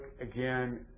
again